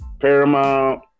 Paramount